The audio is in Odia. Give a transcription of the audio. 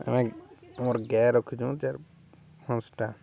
ଆମେ ଆମର୍ ଗାଏ ରଖୁଛୁଁ ଯାର୍ ହସଟା